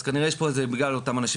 אז כנראה יש פה איזה אתגר לאותם אנשים